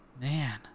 man